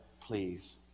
please